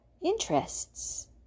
interests